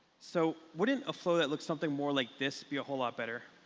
so wouldn't a flow that looks something more like this be a whole lot better?